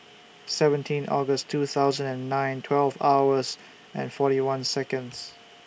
seventeen August two thousand and nine twelve hours and forty one Seconds